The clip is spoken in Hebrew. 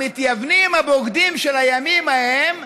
המתייוונים הבוגדים של הימים ההם,